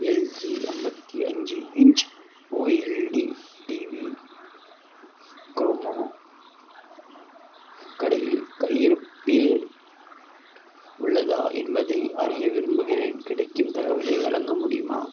LG ஐம்பத்தி அஞ்சு inch OLED TV Croma கடையில் கையிருப்பில் உள்ளதா என்பதை அறிய விரும்புகிறேன் கிடைக்கும் தகவலை வழங்க முடியுமா